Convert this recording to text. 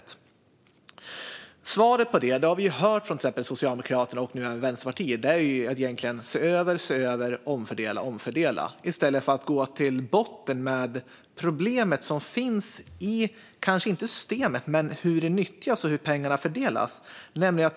Det svar på detta vi hört från Socialdemokraterna och nu även Vänsterpartiet är se över, se över, omfördela, omfördela - detta i stället för att gå till botten med det problem som finns kanske inte i systemet men i hur det nyttjas och hur pengarna fördelas.